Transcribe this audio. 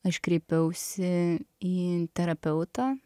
aš kreipiausi į terapeutą